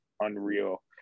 unreal